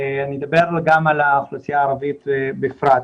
אני אדבר גם על האוכלוסייה הערבית בפרט.